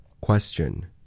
Question